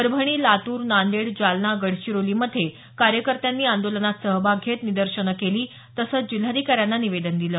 परभणी लातूर नांदेड जालना गडचिरोलीमध्ये कार्यकर्त्यांतनी आंदोलनात सहभाग घेत निदर्शनं केली तसंच जिल्हाधिकाऱ्यांना निवेदन दिलं